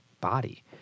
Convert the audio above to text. body